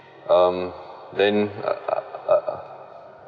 um then uh